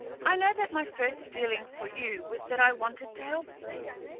i know that my first feeling for you was that i wanted to help you.